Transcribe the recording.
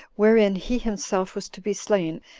wherein he himself was to be slain,